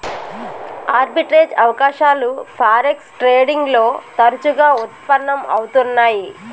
arbitrage అవకాశాలు forex trading లో తరచుగా వుత్పన్నం అవుతున్నై